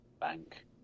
bank